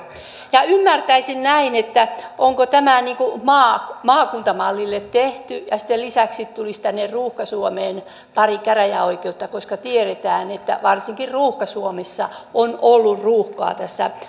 ja ymmärtäisin näin että onko tämä maakuntamallille tehty ja sitten lisäksi tulisi tänne ruuhka suomeen pari käräjäoikeutta koska tiedetään että varsinkin ruuhka suomessa on ollut ruuhkaa